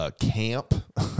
Camp